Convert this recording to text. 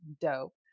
dope